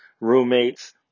roommates